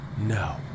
No